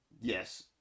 yes